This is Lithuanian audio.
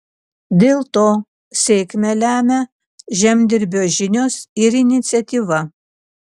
dėl to sėkmę lemia žemdirbio žinios ir iniciatyva